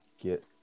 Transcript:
get